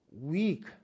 weak